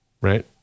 Right